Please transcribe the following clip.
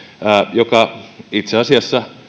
joka itse asiassa